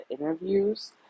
interviews